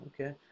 okay